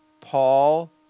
Paul